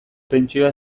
pentsioa